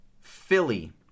Philly